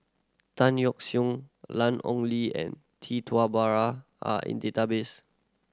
Tan Yeok Seong Lan Ong Li and Tee Tua Ba are in database